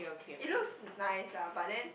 it looks nice lah but then